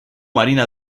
marina